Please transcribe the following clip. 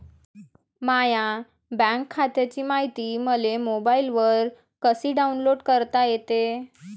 माह्या बँक खात्याची मायती मले मोबाईलवर कसी डाऊनलोड करता येते?